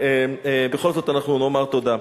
בכל זאת אנחנו נאמר תודה.